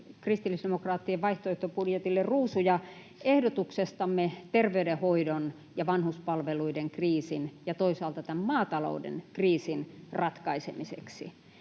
kristillisdemokraattien vaihtoehtobudjetille ruusuja ehdotuksestamme terveydenhoidon ja vanhuspalveluiden kriisin ja toisaalta tämän maatalouden kriisin ratkaisemiseksi.